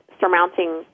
surmounting